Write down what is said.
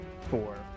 four